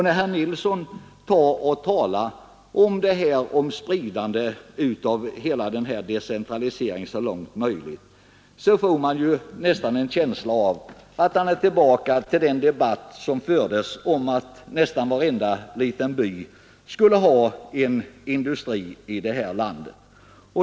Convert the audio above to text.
När herr Nilsson talar om decentralisering så långt möjligt, får man en känsla av att han är tillbaka till den debatt som på sin tid fördes om att nästan varenda liten by här i landet skulle ha en industri.